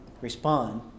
respond